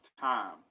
time